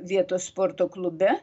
vietos sporto klube